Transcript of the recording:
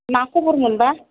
मा खबर मोनबा